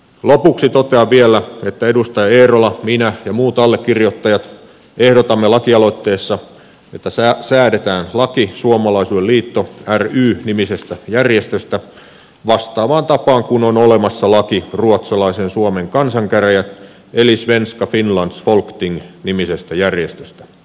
lopuksi totean vielä että edustaja eerola minä ja muut allekirjoittajat ehdotamme laki aloitteessa että säädetään laki suomalaisuuden liitto ry nimisestä järjestöstä vastaavaan tapaan kuin on olemassa laki ruotsalaisen suomen kansankäräjät eli svenska finlands folkting nimisestä järjestöstä